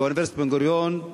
באוניברסיטת בן-גוריון,